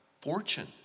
fortune